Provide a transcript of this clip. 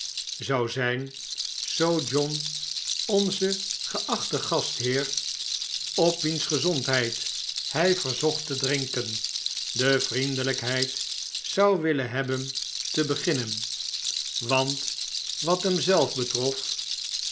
zou zp zoo john onze geachte gastheer op wiens gezondheid hy verzocht te drinken de vriendelijkheid zou willen hebben te beginnen want wat hem zelf betrof